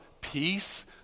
peace